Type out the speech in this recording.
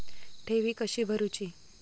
ठेवी कशी भरूची?